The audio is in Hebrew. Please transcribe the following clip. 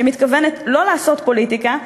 שמתכוונת לא לעשות פוליטיקה,